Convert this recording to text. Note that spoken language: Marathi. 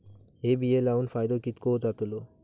हे बिये लाऊन फायदो कितको जातलो?